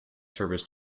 service